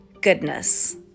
goodness